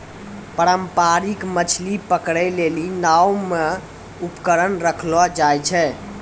पारंपरिक मछली पकड़ै लेली नांव मे उपकरण रखलो जाय छै